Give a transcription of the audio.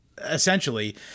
Essentially